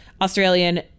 Australian